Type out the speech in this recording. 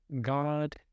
God